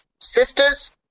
Sisters